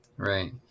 right